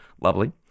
lovely